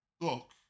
look